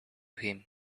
him